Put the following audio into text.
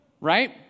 Right